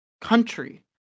country